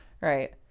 Right